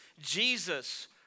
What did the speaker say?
Jesus